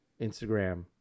Instagram